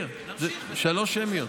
שלוש שמיות.